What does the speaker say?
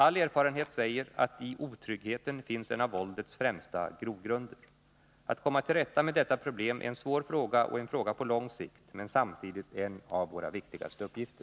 All erfarenhet säger att i otryggheten finns en av våldets främsta grogrunder. Att komma till rätta med detta problem är en svår fråga och en fråga på lång sikt, men samtidigt en av våra viktigaste uppgifter.